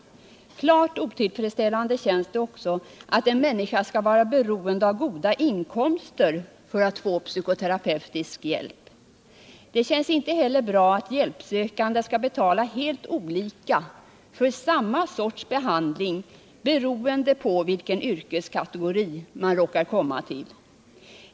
Klart otillfredsställande känns det också att en människa skall vara beroende av goda inkomster för att få psykoterapeutisk hjälp. Det känns inte heller bra att hjälpsökande skall betala helt olika belopp för samma sorts behandling, beroende på vilken yrkeskategori man råkar komma till.